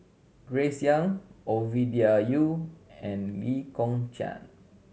Grace Young Ovidia Yu and Lee Kong Chian